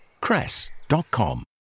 Cress.com